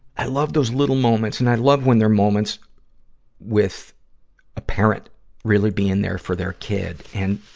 i love those little moments, and i love when they're moments with a parent really being there for their kid. and,